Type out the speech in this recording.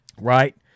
right